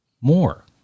more